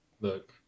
Look